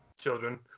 Children